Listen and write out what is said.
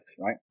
right